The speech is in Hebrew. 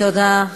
תודה.